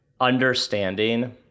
Understanding